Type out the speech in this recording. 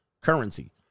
currency